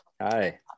Hi